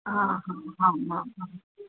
हा हा हा आम् आम् आम्